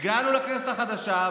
הגענו לכנסת החדשה,